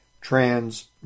Trans